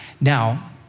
Now